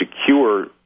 secure